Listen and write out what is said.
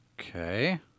Okay